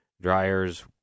Dryers